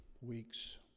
weeks